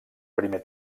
primer